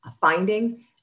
finding